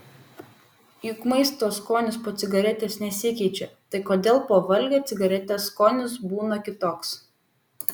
juk maisto skonis po cigaretės nesikeičia tai kodėl po valgio cigaretės skonis būna kitoks